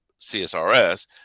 CSRS